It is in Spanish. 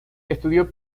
estudió